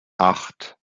acht